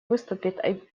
выступит